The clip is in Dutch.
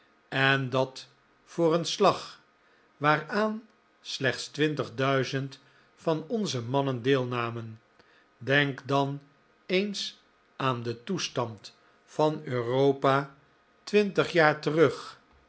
en dat voor een slag waaraan slechts twintig duizend van onze mannen deelnamen denk dan eens aan den toestand van europa twintig jaar terug